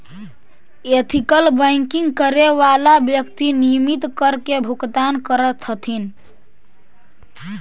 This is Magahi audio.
एथिकल बैंकिंग करे वाला व्यक्ति नियमित कर के भुगतान करऽ हथिन